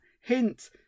hint